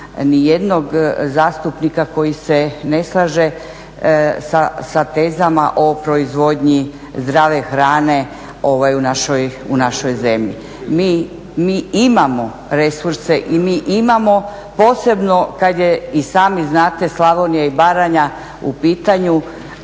ni jednog zastupnika koji se ne slaže sa tezama o proizvodnji zdrave hrane u našoj zemlji. Mi imamo resurse i mi imamo posebno kad je i sami znate Slavonija i Baranja u pitanju